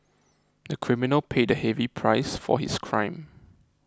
the criminal paid a heavy price for his crime